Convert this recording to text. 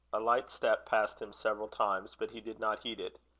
a light step passed him several times, but he did not heed it.